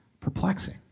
perplexing